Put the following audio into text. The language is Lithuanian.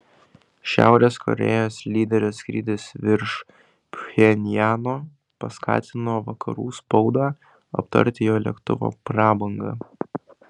šiaurės korėjos lyderio skrydis virš pchenjano paskatino vakarų spaudą aptarti jo lėktuvo prabangą